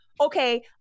okay